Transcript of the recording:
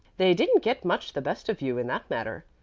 they didn't get much the best of you in that matter.